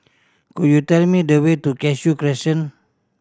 could you tell me the way to Cashew Crescent